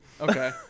Okay